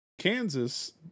Kansas